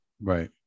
Right